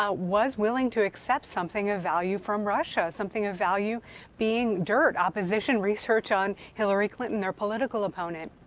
ah was willing to accept something of value from russia, something of value being dirt, opposition research on hillary clinton, their political opponent.